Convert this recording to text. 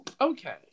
Okay